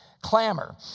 Clamor